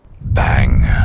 Bang